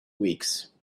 weeks